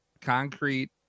Concrete